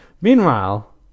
Meanwhile